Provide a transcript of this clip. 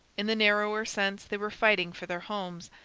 in the narrower sense they were fighting for their homes,